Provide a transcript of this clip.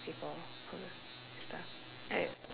people who stuff